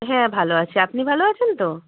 হ্যাঁ ভালো আছি আপনি ভালো আছেন তো